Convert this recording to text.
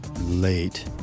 Late